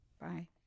Bye